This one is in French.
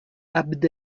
abd